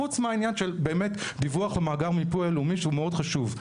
חוץ מהעניין של באמת דיווח ומאגר מיפוי הלאומי שהוא מאוד חשוב.